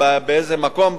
באיזה מקום,